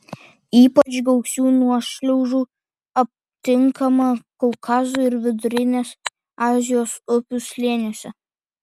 ypač gausių nuošliaužų aptinkama kaukazo ir vidurinės azijos upių slėniuose